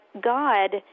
God